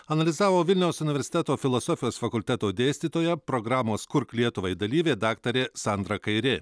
analizavo vilniaus universiteto filosofijos fakulteto dėstytoja programos kurk lietuvai dalyvė daktarė sandra kairė